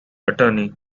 attorney